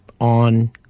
on